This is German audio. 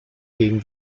gegen